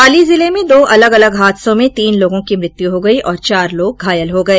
पाली जिले में दो अलग अलग हादसों में तीन लोगों की मृत्यु हो गयी और चार लोग घायल हो गए